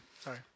Sorry